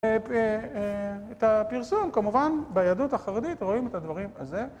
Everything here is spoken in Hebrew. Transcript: את הפרסום כמובן ביהדות החרדית רואים את הדברים הזה